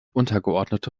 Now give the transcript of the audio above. untergeordnete